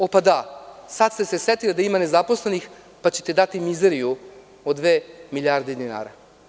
O, pa da, sad ste se setili da ima nezaposlenih, pa ćete dati mizeriju od dve milijarde dinara.